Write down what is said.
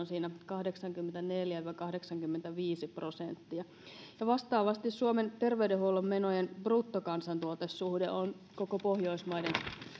siinä kahdeksankymmentäneljä viiva kahdeksankymmentäviisi prosenttia ja vastaavasti suomen terveydenhuollon menojen bruttokansantuotesuhde on koko pohjoismaiden